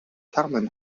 carmen